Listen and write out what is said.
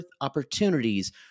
opportunities